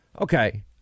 Okay